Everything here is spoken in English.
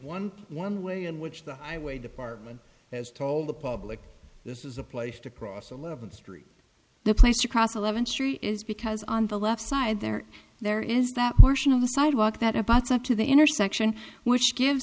one one way in which the highway department has told the public this is a place to cross eleven street the place across eleven street is because on the left side there there is that portion of the sidewalk that about sent to the intersection which gives